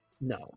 no